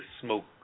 smoke